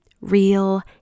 real